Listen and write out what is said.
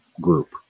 group